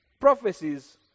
prophecies